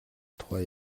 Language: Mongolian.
тухай